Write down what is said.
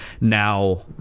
Now